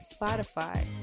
Spotify